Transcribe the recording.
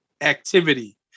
activity